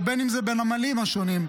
או אם זה בנמלים השונים,